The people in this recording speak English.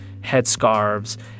headscarves